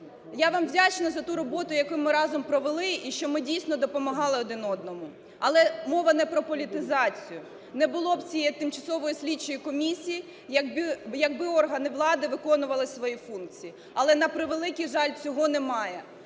я вам вдячна за ту роботу, яку ми разом провели, і що ми, дійсно, допомагали один одному. Але мова не про політизацію. Не було б цієї тимчасової слідчої комісії, якби органи влади виконували свої функції. Але, на превеликий жаль, цього немає.